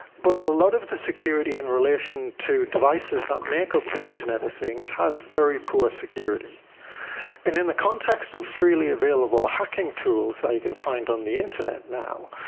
but a lot of security in relation to devices that make up the internet of things has very poor security, and in the context of freely available hacking tools that you can find on the internet now,